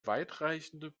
weitreichende